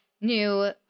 new